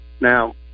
Now